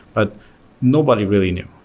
but nobody really knew.